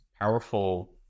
powerful